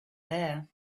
there